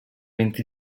vint